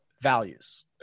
values